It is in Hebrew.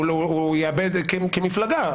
כמפלגה.